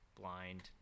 blind